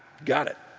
got it.